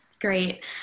Great